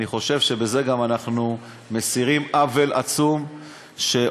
אני חושב שבזה אנחנו גם מסירים עוול עצום שעושים,